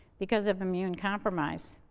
because of immune compromise.